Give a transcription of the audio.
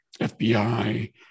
FBI